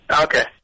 Okay